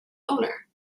owner